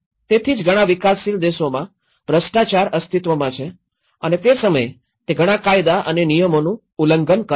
તેથી જ ઘણા વિકાસશીલ દેશોમાં ભ્રષ્ટાચાર અસ્તિત્વમાં છે અને તે સમયે તે ઘણા કાયદા અને નિયમનનું ઉલ્લંઘન કરે છે